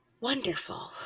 wonderful